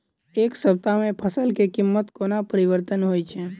एक सप्ताह मे फसल केँ कीमत कोना परिवर्तन होइ छै?